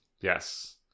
Yes